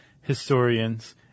historians